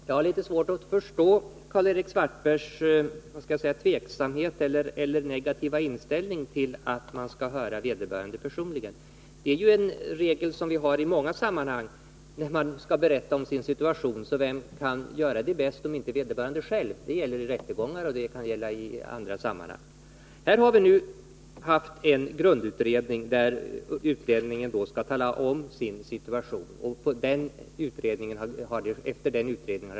Herr talman! Jag har litet svårt att förstå Karl-Erik Svartbergs negativa inställning till att man skall höra vederbörande personligen. Det är en regel som vi har i många sammanhang där någon skall berätta om sin situation. Och vem kan göra det bäst om inte vederbörande själv? Det gäller i rättegångar, och det kan gälla i andra sammanhang. Det görs alltså först en grundutredning, där utlänningen skall berätta om sin situation. Efter utredningen fattas ett beslut.